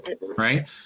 right